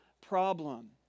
problem